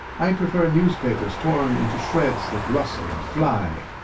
i prefer newspapers torn into shreds that rustle and fly.